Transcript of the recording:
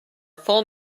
full